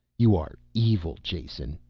you are evil, jason,